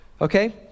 Okay